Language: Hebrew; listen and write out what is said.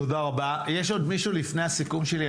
תודה רבה, יש עוד מישהו לפני הסיכום שלי?